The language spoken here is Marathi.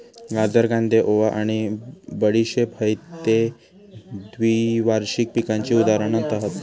गाजर, कांदे, ओवा आणि बडीशेप हयते द्विवार्षिक पिकांची उदाहरणा हत